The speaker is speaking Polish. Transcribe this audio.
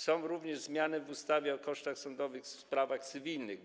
Są również zmiany w ustawie o kosztach sądowych w sprawach cywilnych,